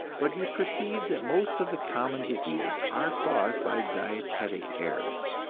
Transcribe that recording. but he perceived that most of the common diseases are caused by dietetic errors,